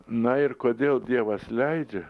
na ir kodėl dievas leidžia